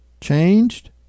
changed